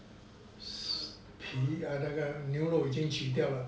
皮那个牛肉已经去掉了